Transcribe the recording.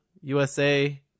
USA